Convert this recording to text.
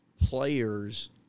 players